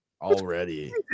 already